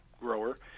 grower